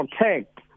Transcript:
protect